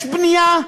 יש בנייה,